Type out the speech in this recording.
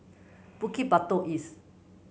Bukit Batok East